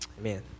Amen